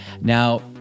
Now